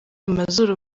amazuru